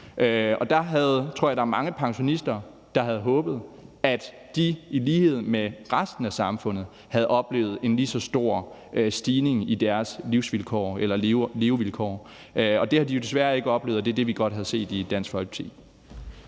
Og der tror jeg, der er mange pensionister, der havde håbet, at de i lighed med resten af samfundet havde oplevet en lige så stor stigning i deres levevilkår. Det har de jo desværre ikke oplevet, og det er det, vi godt havde set i Dansk Folkeparti.